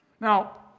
Now